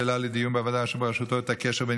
שהעלה לדיון בוועדה בראשותו את הקשר בין